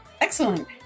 excellent